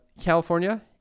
California